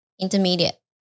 intermediate